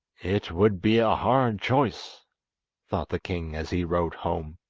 it would be a hard choice thought the king as he rode home.